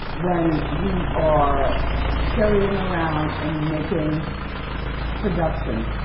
when we are scurrying around and making production.